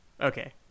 okay